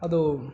ಅದು